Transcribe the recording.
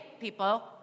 people